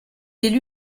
élu